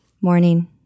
Morning